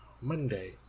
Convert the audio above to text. Monday